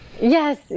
Yes